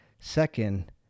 Second